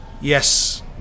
yes